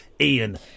Ian